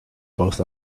both